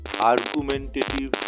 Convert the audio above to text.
Argumentative